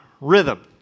rhythm